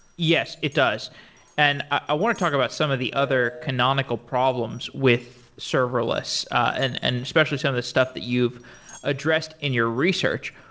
yes, it does and i want to talk about some of the other economical problems with serverless and and especially some of the stuff that you've addressed in your research.